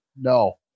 No